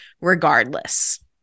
regardless